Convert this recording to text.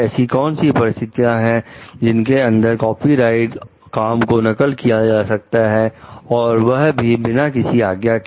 ऐसी कौन सी परिस्थितियां हैं जिनके अंदर कॉपीराइट काम को नकल किया जा सकता है और वह भी बिना किसी आज्ञा के